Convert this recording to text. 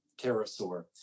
pterosaur